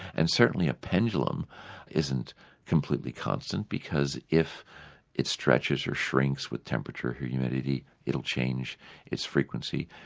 and certainly a pendulum isn't completely constant because if it stretches or shrinks with temperature, humidity, it will change its frequency.